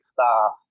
staff